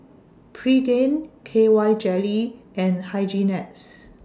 Pregain K Y Jelly and Hygin X